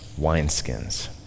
wineskins